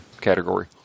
category